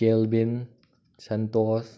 Kelvin Santosh